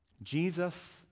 Jesus